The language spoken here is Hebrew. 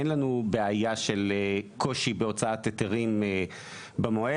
אין לנו בעיה של קושי בהוצאת היתרים במועד,